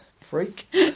Freak